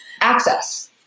Access